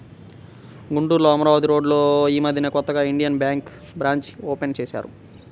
గుంటూరులో అమరావతి రోడ్డులో యీ మద్దెనే కొత్తగా ఇండియన్ బ్యేంకు బ్రాంచీని ఓపెన్ చేశారు